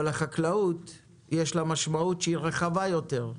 אבל לחקלאות יש משמעות שהיא רחבה יותר.